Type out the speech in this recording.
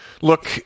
look